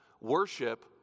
worship